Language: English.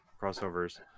crossovers